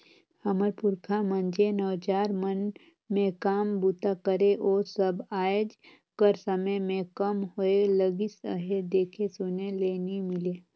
हमर पुरखा मन जेन अउजार मन मे काम बूता करे ओ सब आएज कर समे मे कम होए लगिस अहे, देखे सुने ले नी मिले